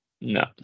no